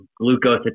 glucose